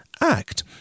Act